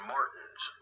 Martin's